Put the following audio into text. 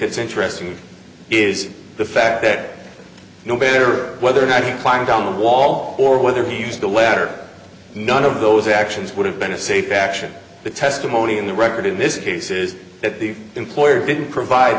it's interesting is the fact that no matter whether or not he climbed on the wall or whether he used the latter none of those actions would have been a safe action the testimony in the record in this case is that the employer didn't provide